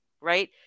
right